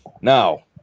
Now